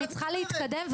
אני צריכה להתקדם.